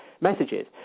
messages